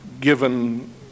given